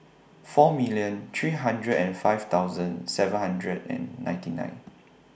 four million three hundred and five thousand seven hundred and ninety nine